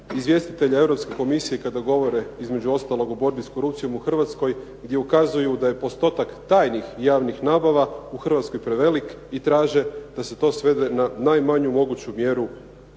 izvjestitelja Europske komisije kada govore između ostalog o borbi s korupcijom u Hrvatskoj gdje ukazuju da je postotak tajnih javnih nabava u Hrvatskoj prevelik i traže da se to svede na najmanju moguću mjeru